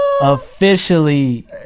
Officially